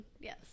Yes